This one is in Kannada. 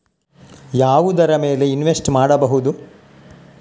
ಯಾವುದರ ಮೇಲೆ ಇನ್ವೆಸ್ಟ್ ಮಾಡಬಹುದು?